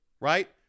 Right